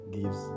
gives